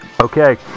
Okay